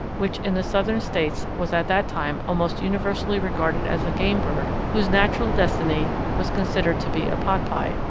which in the southern states was at that time almost universally regarded as a game bird whose natural destiny was considered to be a potpie.